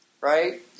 right